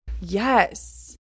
Yes